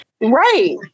Right